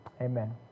Amen